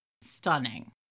Stunning